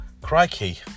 Crikey